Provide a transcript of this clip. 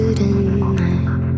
tonight